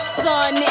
sun